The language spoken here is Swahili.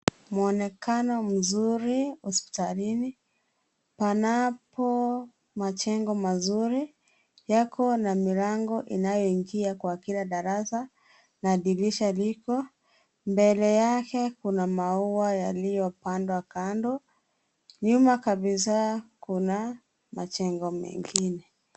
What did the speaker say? Muonekano mzuri hospitalini ,panapo majengo mazuri. Yako na milango inayoingia kwa kila darasa na dirisha liko. Mbele yake kuna maua yaliyopandwa kando, nyuma kabisa kuna majengo mengine.